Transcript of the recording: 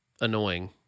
annoying